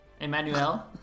Emmanuel